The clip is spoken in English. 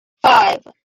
five